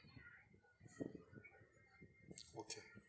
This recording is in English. okay